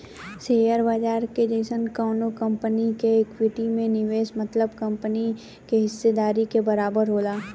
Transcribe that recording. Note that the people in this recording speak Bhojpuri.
शेयर बाजार के जइसन कवनो कंपनी के इक्विटी में निवेश मतलब कंपनी के हिस्सेदारी के बराबर होला